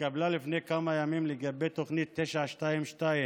לפני כמה ימים לגבי תוכנית 922,